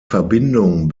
verbindung